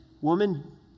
woman